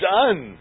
done